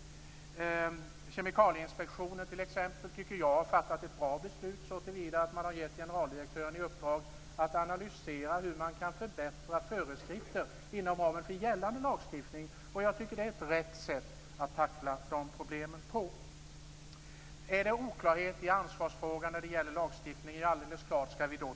Jag tycker t.ex. att Kemikalieinspektionen har fattat ett bra beslut så till vida att man har givit generaldirektören i uppdrag att analysera hur föreskrifterna inom ramen för gällande lagstiftning kan förbättras. Jag tycker att det är ett riktigt sätt att tackla dessa problem. Om det i lagstiftningen råder oklarhet i ansvarsfrågan, skall vi självklart